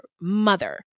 mother